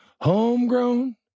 homegrown